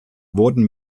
wurden